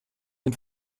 den